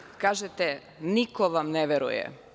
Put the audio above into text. Kažete, niko vam ne veruje.